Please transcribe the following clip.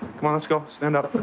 come on, let's go. stand up.